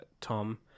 Tom